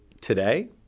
today